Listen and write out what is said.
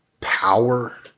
power